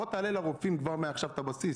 תעלה לרופאים כבר מעכשיו את הבסיס